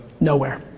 nowhere.